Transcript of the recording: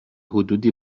حدودی